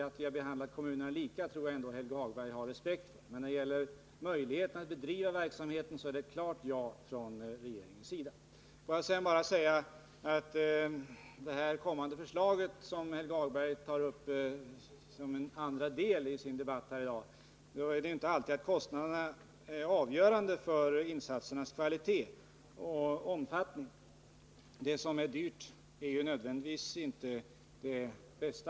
Att vi har behandlat kommunerna lika tror jag Helge Hagberg har respekt för. När det gäller möjligheten att bedriva verksamheten är det ett klart ja från regeringens sida. Får jag bara säga till Helge Hagberg beträffande det kommande förslaget, som han tar upp som en andra del i debatten i dag, att det inte alltid är kostnaderna som är avgörande för insatsernas kvalitet och omfattning. Det som är dyrt är inte nödvändigtvis alltid det bästa.